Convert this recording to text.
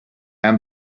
and